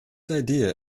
idea